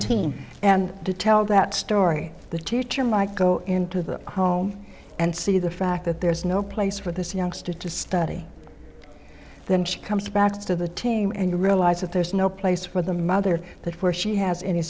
team and to tell that story the teacher might go into the home and see the fact that there's no place for this youngster to start then she comes back to the team and you realize that there's no place for the mother that where she has any